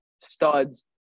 studs